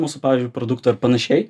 mūsų pavyzdžiui produkto ar panašiai